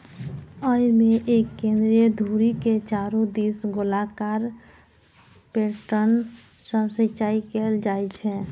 अय मे एक केंद्रीय धुरी के चारू दिस गोलाकार पैटर्न सं सिंचाइ कैल जाइ छै